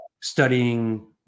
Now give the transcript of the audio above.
Studying